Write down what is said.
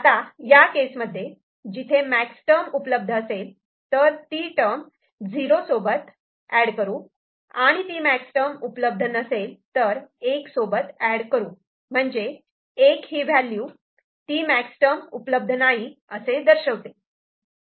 आता या केसमध्ये जिथे मॅक्स टर्म उपलब्ध असेल तर ती टर्म '0' सोबत ऍड करू आणि ती मॅक्स टर्म उपलब्ध नसेल तर '1' सोबत ऍड करू म्हणजे एक हि व्हॅल्यू ती मॅक्स टर्म उपलब्ध नाही असे दर्शवते